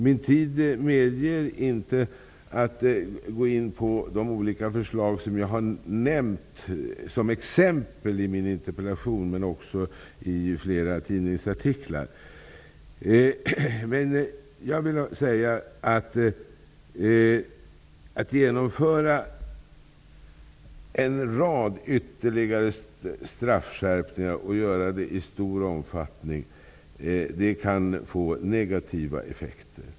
Min tid medger inte att jag går in på de förslag som jag har nämnt som exempel i min interpellation och i flera tidningsartiklar. Jag vill ändå säga: Att genomföra en rad ytterligare straffskärpningar och att göra det i stor omfattning kan få negativa effekter.